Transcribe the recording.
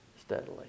steadily